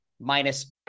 Minus